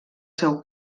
seu